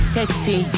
Sexy